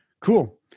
cool